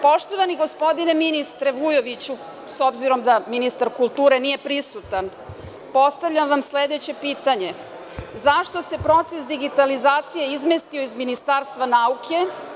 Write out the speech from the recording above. Poštovani gospodine ministre Vujoviću, s obzirom da ministar kulture nije prisutan, postavljam vam sledeće pitanje – zašto se proces digitalizacije izmestio iz Ministarstva nauke?